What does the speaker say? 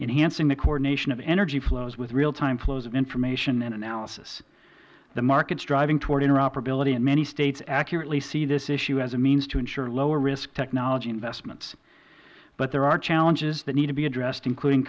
enhancing the coordination of energy flows with real time flows of information and analysis the markets driving toward interoperability in many states accurately see this issue as a means to ensure lower risk technology investments but there are challenges that need to be addressed including